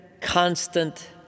constant